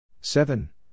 Seven